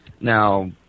Now